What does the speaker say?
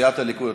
בסיעת הליכוד,